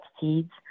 seeds